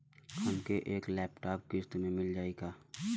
हमके एक लैपटॉप किस्त मे मिल जाई का?